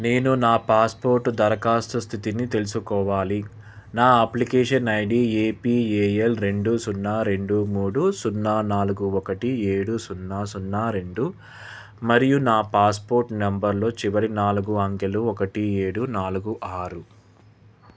నేను నా పాస్పోర్ట్ దరఖాస్తు స్థితిని తెలుసుకోవాలి నా application I D A P A L రెండు సున్నా రెండు మూడు సున్నా నాలుగు ఒకటి ఏడు సున్నా సున్నా రెండు మరియు నా పాస్పోర్ట్ నెంబర్లో చివరి నాలుగు అంకెలు ఒకటి ఏడు నాలుగు ఆరు